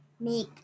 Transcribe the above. make